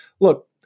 look